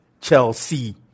Chelsea